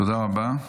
תודה רבה.